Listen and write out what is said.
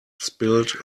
spilled